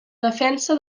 defensa